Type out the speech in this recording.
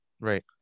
Right